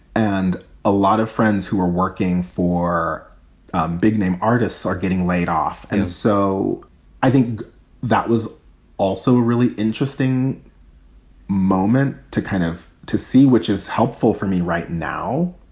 and a lot of friends who are working for big name artists are getting laid off. and so i think that was also a really interesting moment to kind of to see, which is helpful for me right now,